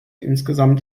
insgesamt